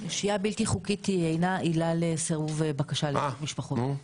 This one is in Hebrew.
שהייה בלתי חוקית אינה עילה לסירוב בקשה לאיחוד משפחות.